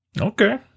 Okay